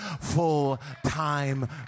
full-time